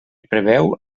preveu